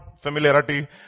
Familiarity